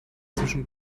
zwischen